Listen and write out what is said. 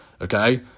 Okay